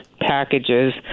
packages